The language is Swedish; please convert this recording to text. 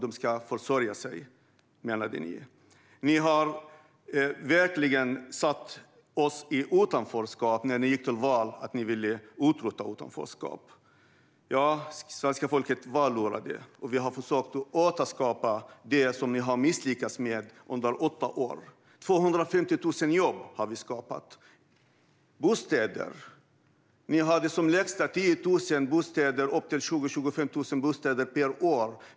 De skulle försörja sig, menade ni. Ni har verkligen satt oss i utanförskap, när ni gick till val med att ni ville utrota utanförskapet. Ja, svenska folket var lurat. Vi har försökt återskapa det som ni misslyckades med under åtta år. Vi har skapat 250 000 jobb. Vi har skapat bostäder. Ni var som lägst nere på mellan 10 000 och 25 000 bostäder per år.